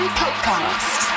podcast